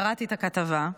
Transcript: קראתי את הכתבה,